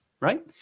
right